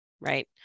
Right